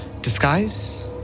disguise